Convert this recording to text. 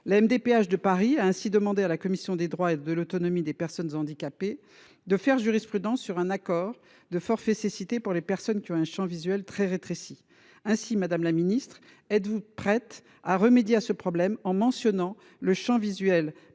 La MDPH de Paris a ainsi demandé à la commission des droits et de l’autonomie des personnes handicapées de faire jurisprudence sur un accord de forfait cécité pour les personnes qui ont un champ visuel très rétréci. Aussi, madame la ministre, êtes vous prête à remédier à ce problème, en mentionnant le champ visuel